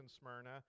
Smyrna